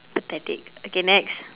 pathetic okay next